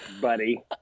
buddy